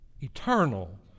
eternal